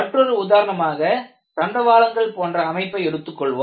மற்றொரு உதாரணமாக தண்டவாளங்கள் போன்ற அமைப்பை எடுத்துக் கொள்வோம்